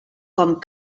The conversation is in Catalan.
com